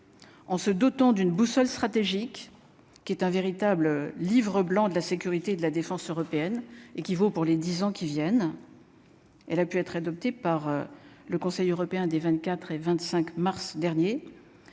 en se dotant d'une boussole stratégique qui est un véritable livre blanc de la sécurité de la défense européenne et qui vaut pour les 10 ans qui viennent, elle a pu être adopté par le Conseil européen des 24 et 25 mars dernier